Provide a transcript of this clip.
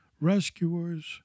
rescuers